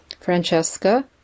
Francesca